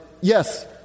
yes